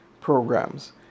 programs